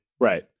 Right